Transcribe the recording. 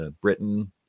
Britain